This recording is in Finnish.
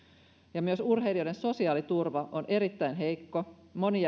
myös urheilijoiden sosiaaliturva on erittäin heikko moni